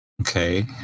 Okay